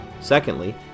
Secondly